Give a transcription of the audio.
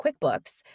QuickBooks